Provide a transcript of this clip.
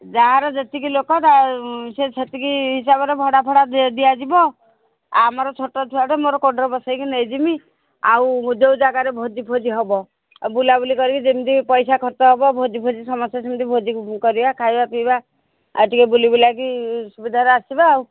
ଯାହାର ଯେତିକି ଲୋକ ସେ ସେତିକି ହିସାବରେ ଭଡ଼ା ଫଡ଼ା ଦିଆଯିବ ଆଉ ଆମର ଛୋଟ ଛୁଆଟେ ମୋର କୋଳରେ ବସେଇକି ନେଇଯିବି ଆଉ ଯୋଉ ଜାଗାରେ ଭୋଜି ଭୋଜି ହେବ ଆଉ ବୁଲାବୁଲି କରିକି ଯେମିତି ପଇସା ଖର୍ଚ୍ଚ ହେବ ଭୋଜି ଭୋଜି ସମସ୍ତେ ସେମିତି ଭୋଜି କରିବା ଖାଇବା ପିଇବା ଆଉ ଟିକେ ବୁଲି ବୁଲାକି ସୁବିଧାରେ ଆସିବା ଆଉ